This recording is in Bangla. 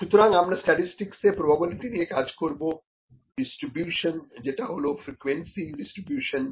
সুতরাং আমরা স্ট্যাটিসটিকসে প্রোবাবিলিটি নিয়ে কাজ করবো ডিস্ট্রিবিউশন যেটা হলো ফ্রিকোয়েন্সি ডিস্ট্রিবিউশন